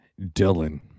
Dylan